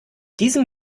diesem